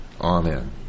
Amen